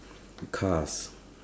cars